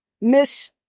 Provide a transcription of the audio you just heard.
Miss